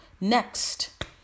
next